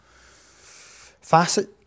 Facet